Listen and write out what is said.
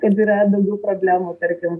kad yra daugiau problemų tarkim